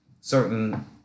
certain